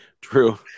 True